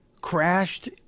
crashed